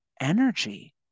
energy